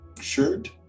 shirt